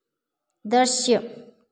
दृश्य